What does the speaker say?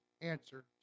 answer